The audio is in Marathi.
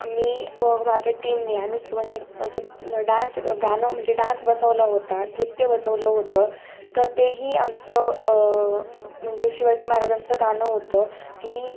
मी व माझ्या टीमने आम्ही डान्स गाणं म्हणजे डान्स बसवला होता नृत्य बसवलं होतं तर तेही आमचं म्हणजे शिवाजी महाराजांचं गाणं होतं की